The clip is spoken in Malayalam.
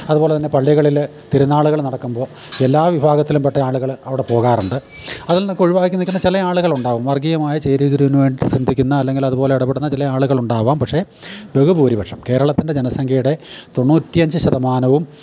അതുപോലെ തന്നെ പള്ളികളിൽ തിരുന്നാളുകൾ നടക്കുമ്പോൾ എല്ലാ വിഭാഗത്തിലുംപ്പെട്ട ആളുകൾ അവിടെ പോകാറുണ്ട് അതിൽ നിന്നക്കെ ഒഴിവാക്കി നിൽക്കുന്ന ചില ആളുകളുണ്ടാവും വർഗീകയമായ ചേരിതിരിവിന് വേണ്ടി ചിന്തിക്കുന്ന അല്ലെങ്കിൽ അതുപോലെ ഇടപെടുന്ന ചില ആളുകളുണ്ടാവാം പക്ഷേ ബഹുഭൂരിപക്ഷം കേരളത്തിൻ്റെ ജനസംഖ്യയുടെ തൊണ്ണൂറ്റി അഞ്ച് ശതമാനവും